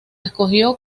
escogió